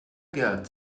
god